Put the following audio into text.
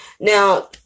Now